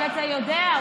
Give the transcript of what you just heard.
אבל אתה יודע,